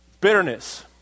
bitterness